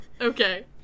Okay